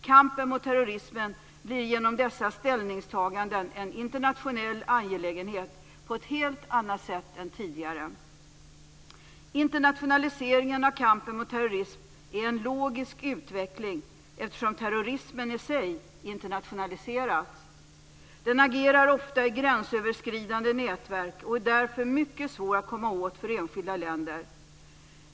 Kampen mot terrorismen blir genom dessa ställningstaganden en internationell angelägenhet på ett helt annat sätt än tidigare. Internationaliseringen av kampen mot terrorism är en logisk utveckling eftersom terrorismen i sig internationaliserats. Den agerar ofta i gränsöverskridande nätverk och är därför mycket svår att komma åt för enskilda länder.